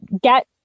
get